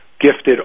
gifted